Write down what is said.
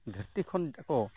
ᱫᱷᱟᱹᱨᱛᱤ ᱠᱷᱚᱱ ᱠᱚ